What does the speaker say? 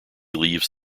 leaves